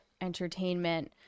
entertainment